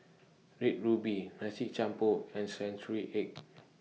Red Ruby Nasi Campur and Century Egg